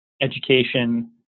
education